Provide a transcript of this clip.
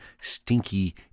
stinky